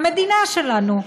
המדינה שלנו,